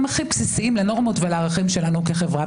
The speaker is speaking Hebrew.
הכי בסיסיים לנורמות ולערכים שלנו כחברה.